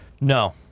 No